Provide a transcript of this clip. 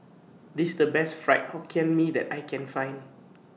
This IS The Best Fried Hokkien Mee that I Can Find